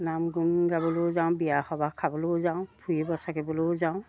নাম গুণ গাবলৈয়ো যাওঁ বিয়া সবাহ খাবলৈয়ো যাওঁ ফুৰিব চাকিবলৈয়ো যাওঁ